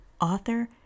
author